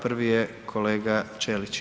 Prvi je kolega Ćelić.